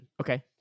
Okay